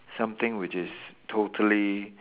something which is totally